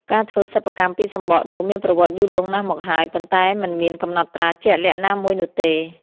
ការធ្វើសិប្បកម្មពីសំបកដូងមានប្រវត្តិយូរលង់ណាស់មកហើយ ប៉ុន្តែមិនមានកំណត់ត្រាជាក់លាក់ណាមួយនោះទេ។